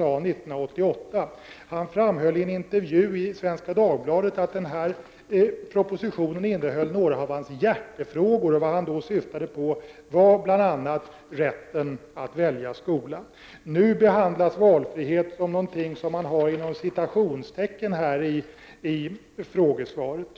år 1988. Han framhöll i en intervju i Svenska Dagbladet att propositionen innehöll några av hans ”hjärtefrågor”. Han syftade bl.a. på rätten att välja skola. Nu sätts valfrihet inom citationstecken i frågesvaret.